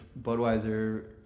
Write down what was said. Budweiser